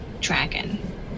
dragon